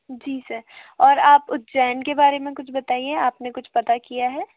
जी sir और आप उज्जैन के बारे में कुछ बताइए आप ने कुछ पता किया है